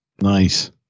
Nice